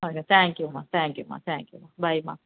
thank யூம்மா thank யூம்மா thank யூம்மா பாய்ம்மா